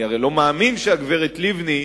אני הרי לא מאמין שהגברת לבני,